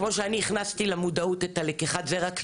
כמו שאני הכנסתי למודעות את לקיחת הזרע.